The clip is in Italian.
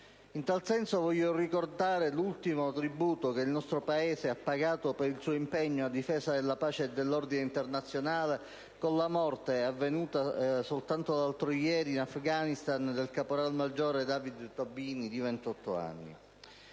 In tal senso, vorrei ricordare l'ultimo tributo che il nostro Paese ha pagato per il suo impegno a difesa della pace e dell'ordine internazionale con la morte, avvenuta soltanto l'altro ieri in Afghanistan, del caporal maggiore David Tobini di 28 anni.